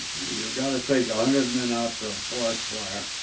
you're going to take a hundred men out to a forest fire